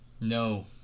no